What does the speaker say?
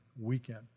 Weekend